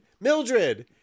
Mildred